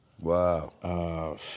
Wow